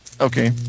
Okay